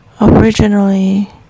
Originally